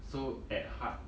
so at heart